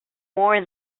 more